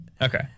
Okay